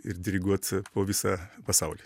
ir diriguot po visą pasaulį